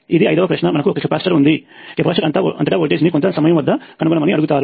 ఇది ఐదవ ప్రశ్నమనకు ఒక కెపాసిటర్ ఉంది కెపాసిటర్ అంతటా వోల్టేజ్ను కొంత సమయం వద్ద కనుగొనమని అడుగుతారు